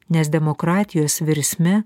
nes demokratijos virsme